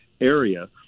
area